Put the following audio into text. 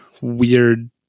weird